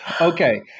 Okay